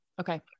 Okay